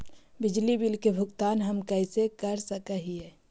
बिजली बिल के भुगतान हम कैसे कर सक हिय?